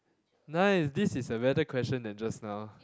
nice this is a better question than just now